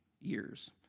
years